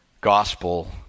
gospel